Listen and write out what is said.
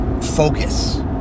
focus